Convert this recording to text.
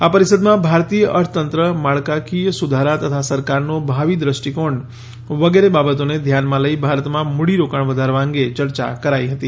આ પરિષદમાં ભારતીય અર્થતંત્ર માળખાકીય સુધારા તથા સરકારનો ભાવિ દ્રષ્ટિકોણ વગેરે બાબતોને ધ્યાનમાં લઈ ભારતમાં મૂડીરોકાણ વધારવા અંગે યર્ચા કરાઈ હતી